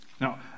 Now